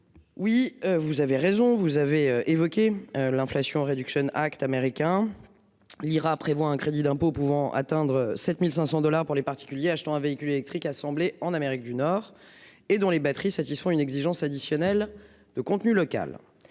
Oui vous avez raison, vous avez évoqué l'inflation réduction Act américain. L'IRA prévoit un crédit d'impôt pouvant atteindre 7500 dollars pour les particuliers achetant un véhicule électrique assemblé en Amérique du Nord et dont les batteries satisfont une exigence additionnelle de contenu local.